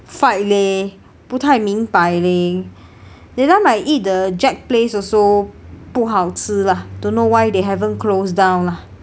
fight leh 不太明白 leh that time I eat the jack's place also 不好吃 lah don't know why they haven't closed down lah